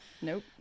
Nope